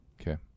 Okay